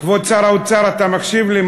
כבוד שר האוצר, אתה מקשיב לי?